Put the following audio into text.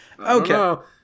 Okay